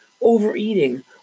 overeating